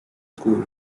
school